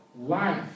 Life